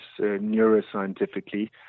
neuroscientifically